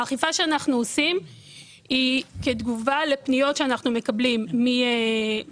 האכיפה שאנו עושים זה כתגובה לפניות שאנו מקבלים מצרכנים